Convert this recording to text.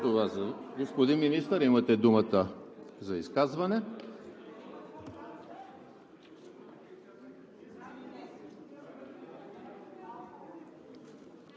Господин Министър, имате думата за изказване.